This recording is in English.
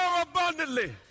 abundantly